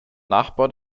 nachbau